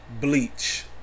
Bleach